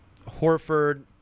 Horford